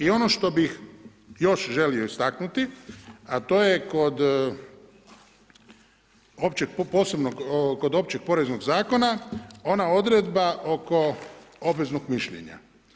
I ono što bih još želio istaknuti, a to je kod općeg poreznog zakona, ona odredba oko obveznog mišljenja.